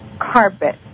carpet